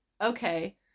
Okay